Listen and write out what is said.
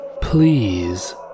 please